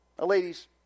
Ladies